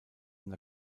dem